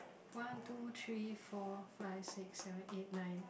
one two three four five six seven eight nine